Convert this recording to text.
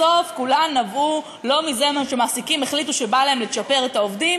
בסוף כולן נבעו לא מזה שמעסיקים החליטו שבא להם לצ'פר את העובדים,